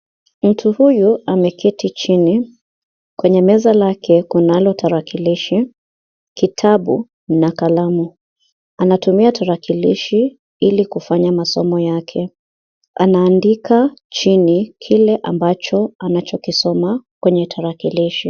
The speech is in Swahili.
Mtu huyu ameketi chini. Kwenye meza lake, kunalo tarakilishi, kitabu na kalamu. Anatumia tarakilishi ili kufanya masomo yake. Anaandika chini kile ambacho anachokisoma kwenye tarakilishi .